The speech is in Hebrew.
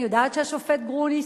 אני יודעת שהשופט גרוניס